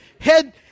head